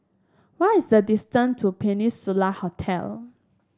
what is the distance to Peninsula Hotel